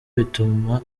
bituma